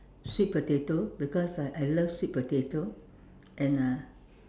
sweet potato because I love sweet potato and uh